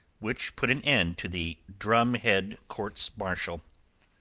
which put an end to the drumhead courts-martial.